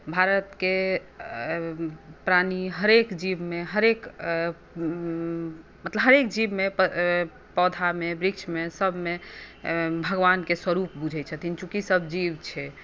भारतकेँ प्राणी हरेक जीवमे मतलब हरेक जीवमे पौधामे वृक्षमे सभमे भगवानकेँ स्वरूप बुझै छथिन चुँकि ई सभ जीव छै